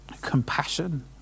compassion